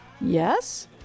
Yes